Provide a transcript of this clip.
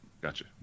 Gotcha